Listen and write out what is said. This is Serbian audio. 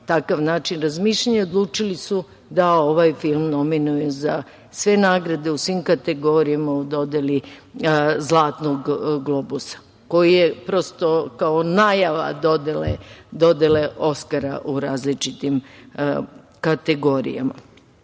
takav način razmišljanja i odlučili su da ovaj film nominuju za sve nagrade u svim kategorijama u dodeli zlatnog globusa, koji je prosto kao najava dodele oskara u različitim kategorijama. Hoću